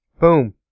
Boom